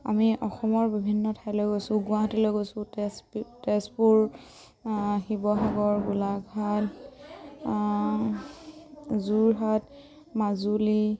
আমি অসমৰ বিভিন্ন ঠাইলৈ গৈছোঁ গুৱাহাটীলৈ গৈছোঁ তেজপ তেজপুৰ শিৱসাগৰ গোলাঘাট যোৰহাট মাজুলী